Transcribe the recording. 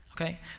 okay